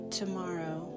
tomorrow